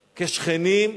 כשכנים,